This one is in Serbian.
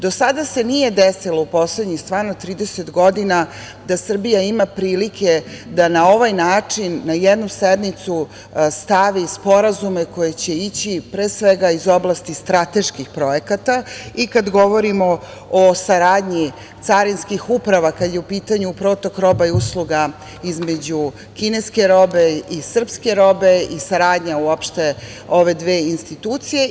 Do sada se nije desilo, u poslednjih stvarno 30 godina, da Srbija ima prilike da na ovaj način na jednu sednicu stavi sporazume koji će ići, pre svega, iz oblasti strateških projekata i kad govorimo o saradnji carinskih uprava, kad je u pitanju protok roba i usluga između kineske robe i srpske robe i saradnja ove dve institucije.